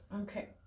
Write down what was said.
Okay